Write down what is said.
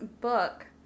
book